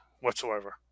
whatsoever